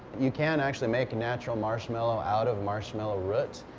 you can actually make a natural marshmallow out of marshmallow root.